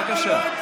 בבקשה.